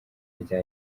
rya